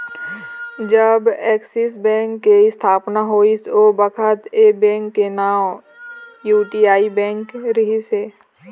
जब Axis bank के इस्थापना होइस ओ बखत ऐ बेंक के नांव यूटीआई बेंक रिहिस हे